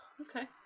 Okay